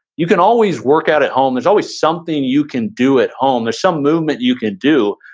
you can always work out at home. there's always something you can do at home. there's some movement you can do.